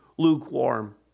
lukewarm